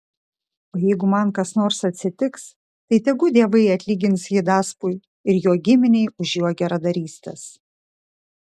o jeigu man kas nors atsitiks tai tegu dievai atlygins hidaspui ir jo giminei už jo geradarystes